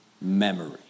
memory